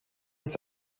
ist